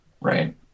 Right